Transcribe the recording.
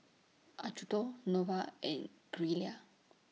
Acuto Nova and Gilera